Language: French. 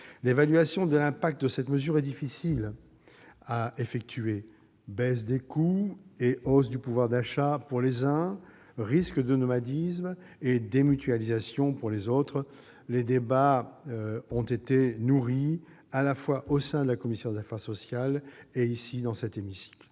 L'évaluation de l'impact de cette mesure est difficile à évaluer : baisse des coûts et hausse du pouvoir d'achat pour les uns, risque de nomadisme et de démutualisation pour les autres. Les débats ont été nourris, à la fois au sein de la commission des affaires sociales et dans l'hémicycle.